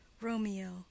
Romeo